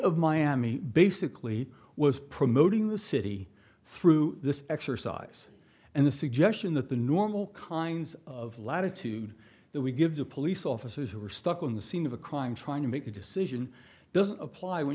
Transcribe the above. of miami basically was promoting the city through this exercise and the suggestion that the normal kinds of latitude that we give to police officers who are stuck on the scene of a crime trying to make a decision doesn't apply when